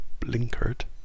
blinkered